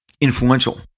influential